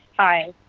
hi.